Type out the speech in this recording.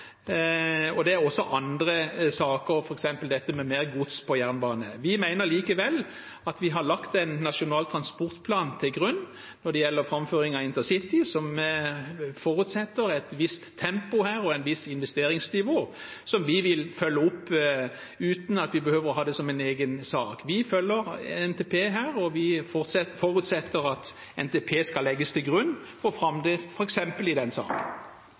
og det er også andre saker, f.eks. dette med mer gods på jernbanen. Vi mener likevel vi har lagt Nasjonal transportplan til grunn når det gjelder framdriften på intercity, som forutsetter et visst tempo og et visst investeringsnivå, som vi vil følge opp uten at vi behøver å ha det som en egen sak. Vi følger NTP her, og vi forutsetter at NTP skal legges til grunn for framdriften, f.eks. i den saken.